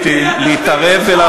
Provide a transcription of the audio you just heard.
הריסת הבתים נהייתה תחביב אצלך.